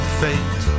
fate